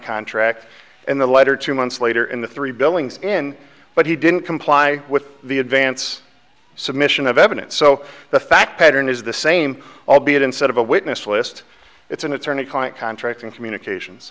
contract in the letter two months later in the three billings in but he didn't comply with the advance submission of evidence so the fact pattern is the same albeit instead of a witness list it's an attorney client contracting communications